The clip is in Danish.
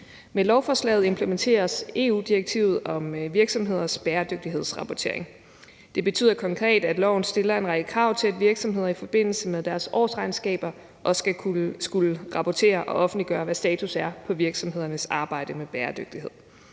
Med lovforslaget implementeres EU-direktivet om virksomheders bæredygtighedsrapportering. Det betyder konkret, at loven stiller en række krav til, at virksomheder i forbindelse med deres årsregnskaber også skal rapportere og offentliggøre, hvad status er på virksomhedernes arbejde med bæredygtighed.